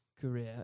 career